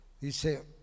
Dice